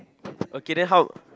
okay then how